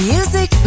Music